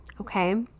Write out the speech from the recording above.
okay